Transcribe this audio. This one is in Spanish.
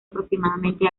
aproximadamente